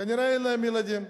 כנראה אין להם ילדים,